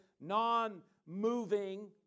non-moving